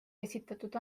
esitatud